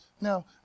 Now